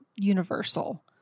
universal